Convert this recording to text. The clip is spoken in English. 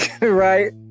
right